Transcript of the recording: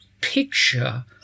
picture